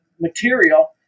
material